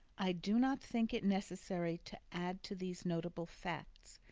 i do not think it necessary to add to these notable facts,